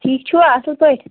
ٹھیٖک چھِوا اصٕل پٲٹھ